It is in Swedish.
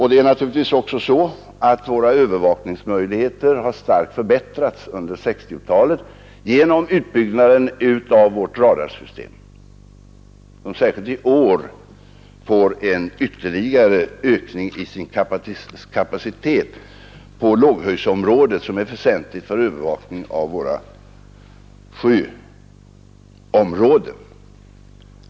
Det är naturligtvis också på det sättet att våra övervakningsmöjligheter har starkt förbättrats under 1960-talet genom utbyggnaden av vårt radarsystem, som särskilt i år får en ytterligare kapacitetsökning på låghöjdsområdet. Denna förbättring är väsentlig för övervakningen av våra sjöområden.